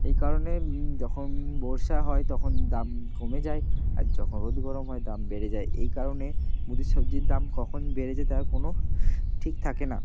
এই কারণে যখন বর্ষা হয় তখন দাম কমে যায় আর যখন রোদ গরম হয় দাম বেড়ে যায় এই কারণে মুদি সবজির দাম কখন বেড়ে যায় তার কোনো ঠিক থাকে না